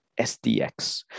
SDX